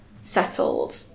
settled